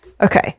Okay